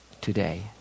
today